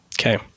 Okay